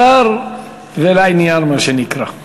סיכום קצר ולעניין, מה שנקרא.